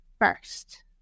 first